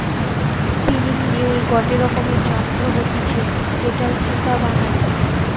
spinning mule গটে রকমের যন্ত্র হতিছে যেটায় সুতা বানায়